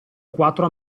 quattro